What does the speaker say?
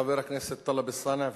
חבר הכנסת טלב אלסאנע,